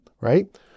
right